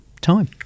time